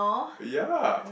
ya